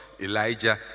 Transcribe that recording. Elijah